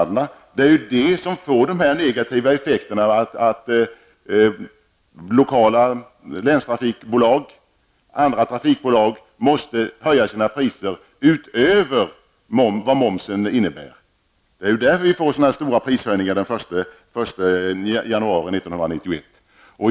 Detta för med sig sådana negativa effekter som att lokala länstrafikbolag och andra trafikbolag måste höja sina priser utöver momsen. Därför blir det så stora prishöjningar den 1 januari 1991.